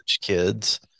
kids